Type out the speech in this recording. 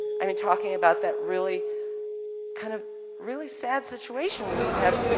i mean talking about that really kind of really sad situation when you have,